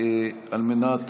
על מנת